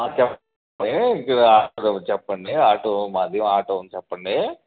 చెప్పండి ఇక్కడ ఆటో చెప్పండి ఆటో మాది ఆటో ఉంది చెప్పండి